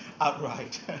outright